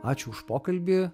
ačiū už pokalbį